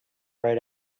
right